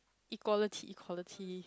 equality equality